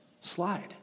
slide